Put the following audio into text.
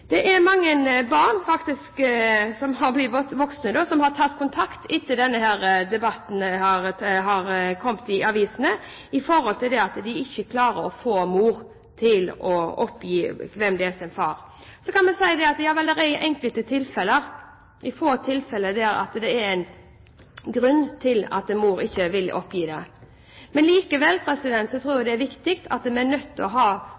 Det er mange barn, som har blitt voksne, som har tatt kontakt etter at denne debatten har kommet i avisene, fordi de ikke klarer å få mor til å oppgi hvem som er far. Så kan en si at i enkelte tilfeller, i få tilfeller, er det en grunn til at mor ikke vil oppgi det. Likevel tror jeg det er viktig at vi som lovgiver er nødt til å